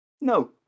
No